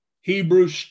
Hebrews